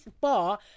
bar